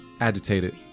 agitated